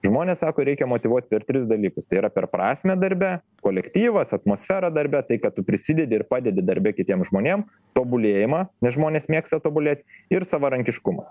žmonės sako reikia motyvuot per tris dalykus tai yra per prasmę darbe kolektyvas atmosfera darbe tai kad tu prisidedi ir padedi darbe kitiem žmonėm tobulėjimą nes žmonės mėgsta tobulėt ir savarankiškumą